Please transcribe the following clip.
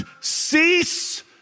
cease